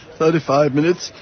thirty five minutes.